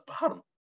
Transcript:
bottom